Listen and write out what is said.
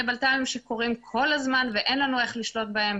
בלת"מים שקורים כל הזמן ואין לנו איך לשלוט בהם,